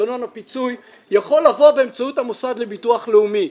מנגנון הפיצוי יכול לבוא באמצעות המוסד לביטוח לאומי.